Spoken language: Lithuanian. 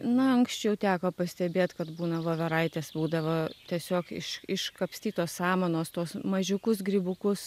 na anksčiau teko pastebėt kad būna voveraitės būdavo tiesiog iš iškapstytos samanos tuos mažiukus grybukus